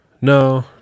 no